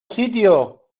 sitio